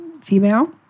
female